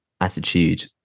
attitude